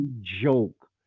joke